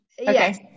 Yes